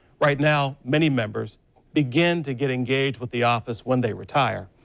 right now, many members begin to get engaged with the office when they retire,